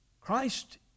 Christ